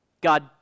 God